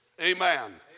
Amen